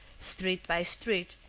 street by street,